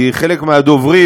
כי חלק מהדוברים,